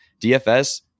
DFS